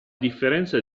differenza